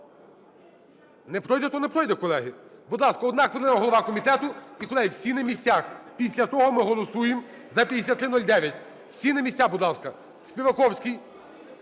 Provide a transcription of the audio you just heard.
Не пройде - то не пройде, колеги. Будь ласка, одна хвилина голова комітету. І, колеги, всі на місцях, після того ми голосуємо за 5309. Всі на місця, будь ласка. Співаковський.